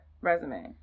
resume